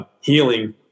healing